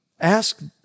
Ask